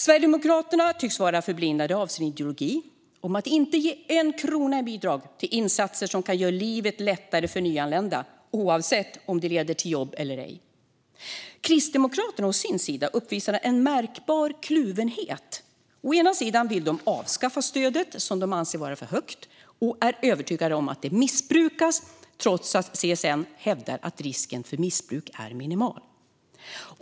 Sverigedemokraterna tycks vara förblindade av sin ideologi att inte ge en krona i bidrag till insatser som kan göra livet lättare för nyanlända, oavsett om det leder till jobb eller ej. Kristdemokraterna å sin sida uppvisar en märkbar kluvenhet. Å ena sidan vill de avskaffa stödet, då de anser det vara för högt och är övertygade om att det missbrukas - trots att CSN hävdar att risken för missbruk är minimal.